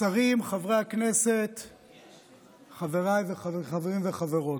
שרים, חברי הכנסת, חבריי, חברים וחברות,